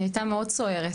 היא הייתה מאוד סוערת,